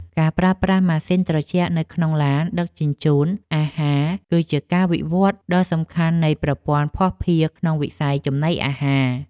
ការប្រើប្រាស់ម៉ាស៊ីនត្រជាក់នៅក្នុងឡានដឹកជញ្ជូនអាហារ គឺជាការវិវត្តដ៏សំខាន់នៃប្រព័ន្ធភស្តុភារក្នុងវិស័យចំណីអាហារ។